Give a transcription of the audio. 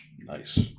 nice